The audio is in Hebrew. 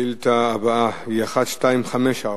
השאילתא הבאה היא 1254,